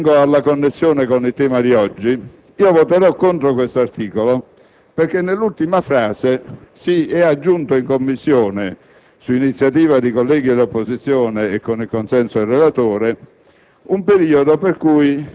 E vengo alla connessione con il tema di oggi: voterò contro questo articolo perché nell'ultima frase si è aggiunto in Commissione, su iniziativa dei colleghi dell'opposizione e con il consenso del relatore,